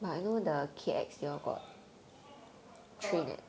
got [what]